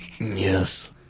Yes